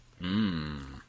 Mmm